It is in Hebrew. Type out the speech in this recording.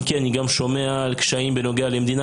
אם כי אני גם שומע על קשיים בנוגע למדינה